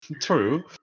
True